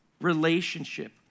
relationship